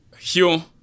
Hugh